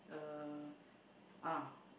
uh ah